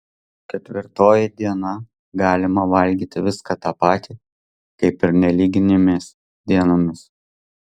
ketvirtoji diena galima valgyti viską tą patį kaip ir nelyginėmis dienomis